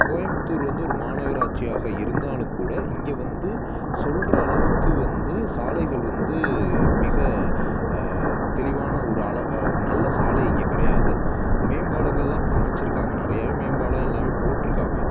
கோயம்புத்தூர் வந்து ஒரு மாநகராட்சியாக இருந்தாலும் கூட இங்கே வந்து சொல்கிற அளவுக்கு வந்து சாலைகள் வந்து மிக தெளிவான ஒரு அல ஒரு நல்ல சாலை இங்கே கிடையாது மேம்பாலங்கள்லாம் இப்போ அமைச்சிருக்காங்க நிறையவே மேம்பாலம் எல்லாமே போட்டிருக்காங்க